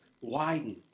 widen